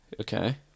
Okay